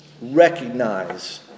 recognize